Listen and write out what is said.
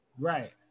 Right